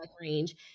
range